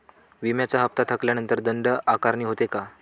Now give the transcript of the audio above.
विम्याचा हफ्ता थकल्यानंतर दंड आकारणी होते का?